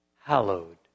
hallowed